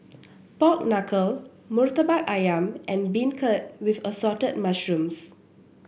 Pork Knuckle murtabak ayam and beancurd with Assorted Mushrooms